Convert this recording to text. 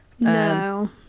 No